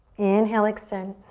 inhale, extend.